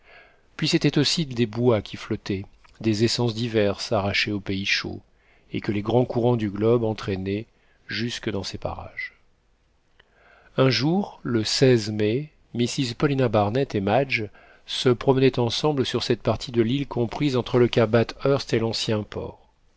puis c'étaient aussi des bois qui flottaient des essences diverses arrachées aux pays chauds et que les grands courants du globe entraînaient jusque dans ces parages un jour le mai mrs paulina barnett et madge se promenaient ensemble sur cette partie de l'île comprise entre le cap bathurst et l'ancien port